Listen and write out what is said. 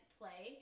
play